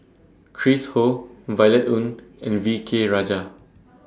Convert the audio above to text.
Chris Ho Violet Oon and V K Rajah